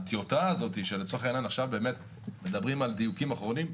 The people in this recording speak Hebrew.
הטיוטה הזו שמדברים על דיוקים אחרונים,